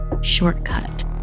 shortcut